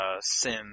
Sim